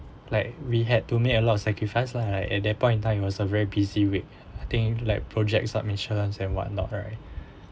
like we had to make a lot of sacrifice lah at that point in time it was a very busy week I think like project submissions and what not right